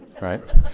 right